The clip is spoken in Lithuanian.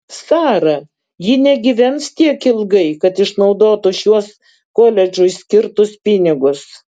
sara ji negyvens tiek ilgai kad išnaudotų šiuos koledžui skirtus pinigus